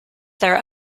their